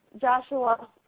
Joshua